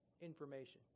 Information